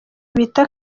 bita